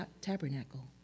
tabernacle